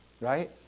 Right